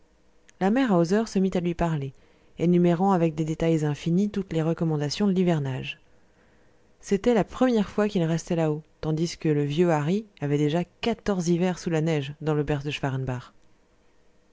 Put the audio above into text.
la mère hauser se mit à lui parler énumérant avec des détails infinis toutes les recommandations de l'hivernage c'était la première fois qu'il restait là-haut tandis que le vieux hari avait déjà passé quatorze hivers sous la neige dans l'auberge de